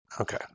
okay